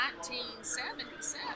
1977